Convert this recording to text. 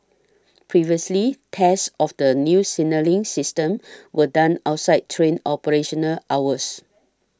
previously tests of the new signalling system were done outside train operational hours